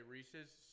Reese's